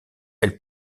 elle